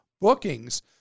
bookings